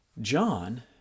John